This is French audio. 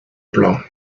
plan